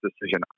decision